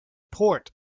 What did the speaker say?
port